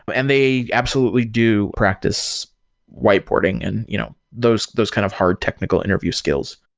but and they absolutely do practice whiteboarding and you know those those kind of hard technical interview skills.